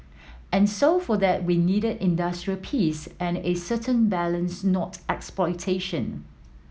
and so for that we needed industrial peace and a certain balance not exploitation